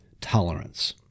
tolerance